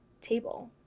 table